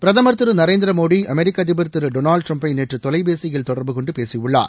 பிரதமர் திரு நரேந்திர மோடி அமெரிக்க அதிபர் திரு டொளால்ட் ட்ரம்ப்பை நேற்று தொலைபேசியில் தொடர்பு கொண்டு பேசியுள்ளார்